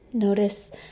Notice